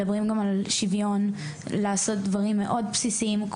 מדברים גם על השוויון לעשות דברים מאוד בסיסיים,